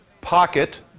Pocket